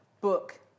book